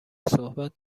صحبت